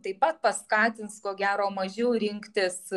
taip pat paskatins ko gero mažiau rinktis